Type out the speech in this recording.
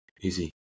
easy